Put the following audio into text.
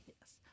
Yes